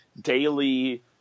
daily